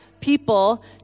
people